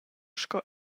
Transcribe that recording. sco